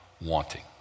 wanting